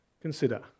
consider